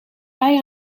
bij